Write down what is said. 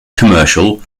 commercial